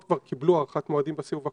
כבר קיבלו הארכת מועדים בסיבוב הקודם,